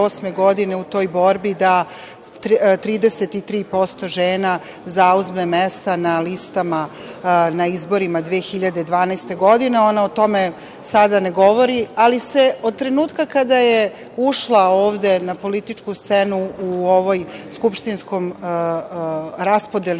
godine u toj borbi da 33% žena zauzme mesta na listama na izborima 2012. godine. Ona o tome sada ne govori, ali se od trenutka kada je ušla ovde na političku scenu u ovoj skupštinskoj raspodeli